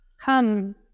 Come